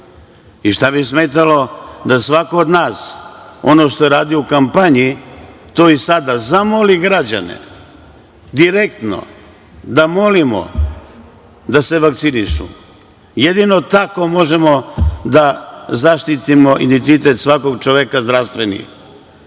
štab. Šta bi smetalo da svako od nas ono što je radio u kampanji, to i sada radi, zamoli građane direktno da molimo da se vakcinišu. Jedino tako možemo da zaštitimo identitet svakog čoveka, a to